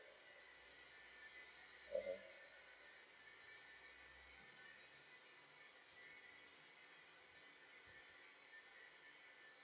(uh huh)